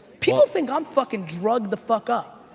people think i'm fucking drugged the fuck up.